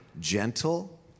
gentle